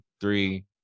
three